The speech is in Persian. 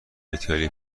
ایتالیایی